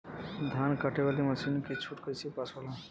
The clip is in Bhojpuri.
धान कांटेवाली मासिन के छूट कईसे पास होला?